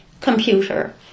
computer